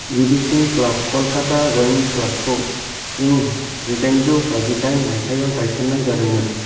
गिबिसिन क्लाब कलकात्ता रोइं क्लाबखौ इं जिदाइनजौ बाजिदाइन माइथायाव गायसन्नाय जादोंमोन